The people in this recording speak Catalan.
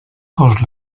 cos